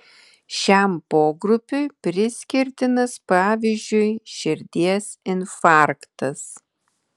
šiam pogrupiui priskirtinas pavyzdžiui širdies infarktas